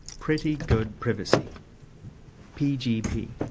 pretty good privacy pgp.